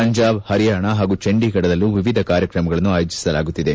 ಪಂಜಾಬ್ ಪರಿಯಾಣ ಹಾಗೂ ಚಂಡೀಗಢದಲ್ಲೂ ವಿವಿಧ ಕಾರ್ಯಕ್ರಮಗಳನ್ನು ಆಯೋಜಿಸಲಾಗುತ್ತಿದೆ